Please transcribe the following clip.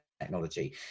technology